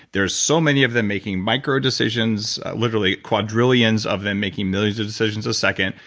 there are so many of them making micro decisions, literally quadrillions of them making millions of decisions a second,